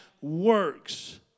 works